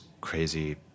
crazy